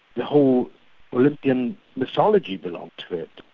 the whole olympian mythology belonged to it.